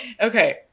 Okay